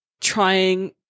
trying